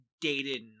dated